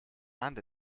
and